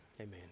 Amen